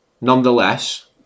Nonetheless